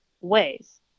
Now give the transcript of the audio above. ways